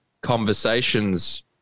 conversations